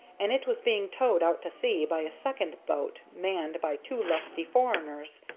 and it was being towed out to sea by a second boat manned by two lusty foreigners.